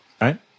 right